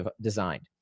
designed